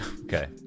Okay